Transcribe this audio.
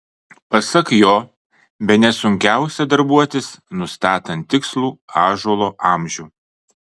pasak jo bene sunkiausia darbuotis nustatant tikslų ąžuolo amžių